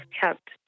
kept